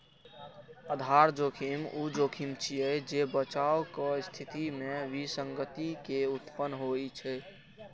आधार जोखिम ऊ जोखिम छियै, जे बचावक स्थिति मे विसंगति के उत्पन्न होइ छै